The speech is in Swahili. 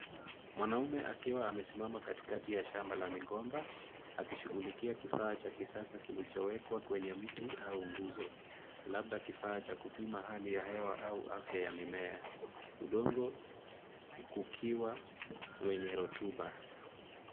Mwanaume akiwa amesimama katikati ya shamba la migomba akishughulikia kifaa cha kisasa kilichowekwa kwenye mti au nguzo labda kifaa cha kupima hali ya hewa au afya ya mimea. Udongo ukiwa wenye rotuba.